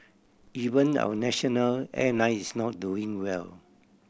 even our national airline is not doing well